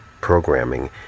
programming